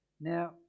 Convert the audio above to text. Now